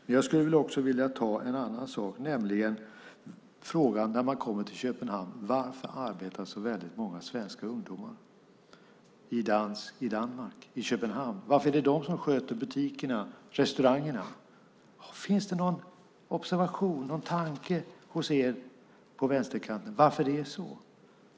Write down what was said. Men jag skulle också vilja ta upp en annan sak, nämligen den fråga som uppstår när man kommer till Köpenhamn. Varför arbetar så väldigt många svenska ungdomar i Danmark, i Köpenhamn? Varför är det de som sköter butikerna, restaurangerna? Finns det någon observation och någon tanke hos er på vänsterkanten om varför det är så?